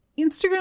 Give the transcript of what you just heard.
instagram